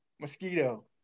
mosquito